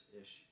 ish